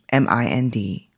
mind